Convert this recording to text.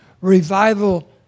revival